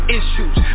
issues